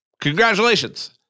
Congratulations